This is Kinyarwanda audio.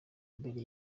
mbere